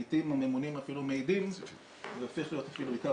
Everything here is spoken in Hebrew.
לעתים גם הממונים אפילו מעידים שזה הופך להיות עיקר